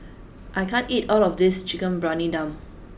I can't eat all of this Chicken Briyani Dum